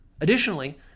Additionally